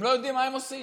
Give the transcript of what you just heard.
הם לא יודעים מה הם עושים.